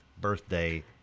birthday